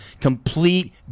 complete